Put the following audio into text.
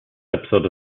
episode